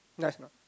nice or not